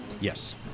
Yes